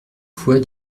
fois